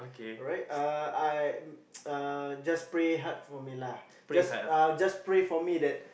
alright uh I uh just pray hard for me lah just uh just pray for me that